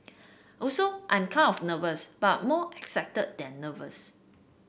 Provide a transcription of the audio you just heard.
also I'm kind of nervous but more excited than nervous